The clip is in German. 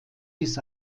bis